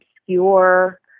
obscure